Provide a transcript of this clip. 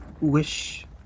wish